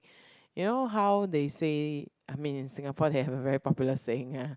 you know how they say I mean in Singapore they have a very popular saying ah